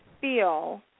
feel